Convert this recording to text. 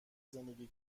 زندگی